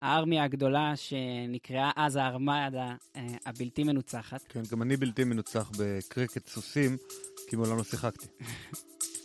הארמיה הגדולה שנקראה אז הארמדה, הבלתי מנוצחת. כן, גם אני בלתי מנוצח בקריקט סוסים, כי מעולם לא שיחקתי.